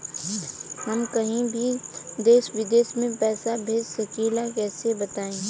हम कहीं भी देश विदेश में पैसा भेज सकीला कईसे बताई?